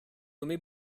nommé